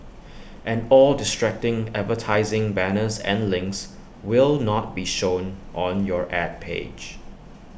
and all distracting advertising banners and links will not be shown on your Ad page